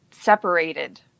separated